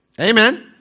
Amen